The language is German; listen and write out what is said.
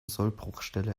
sollbruchstelle